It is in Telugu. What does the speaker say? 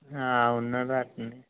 ఉన్నాడు రా అట్ల